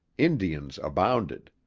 indians abounded.